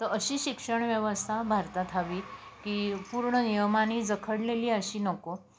तर अशी शिक्षण व्यवस्था भारतात हवी की पूर्ण नियमाने जखडलेली अशी नको